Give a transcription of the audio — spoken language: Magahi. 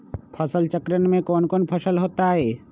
फसल चक्रण में कौन कौन फसल हो ताई?